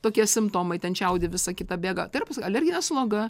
tokie simptomai ten čiaudi visa kita bėga tai yra alerginė sloga